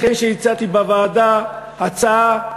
לכן, כשהצעתי בוועדה הצעה,